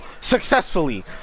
successfully